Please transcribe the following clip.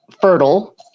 fertile